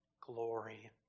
glory